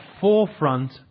forefront